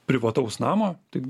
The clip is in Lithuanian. privataus namo tai